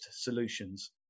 solutions